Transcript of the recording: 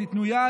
תיתנו יד,